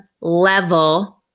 level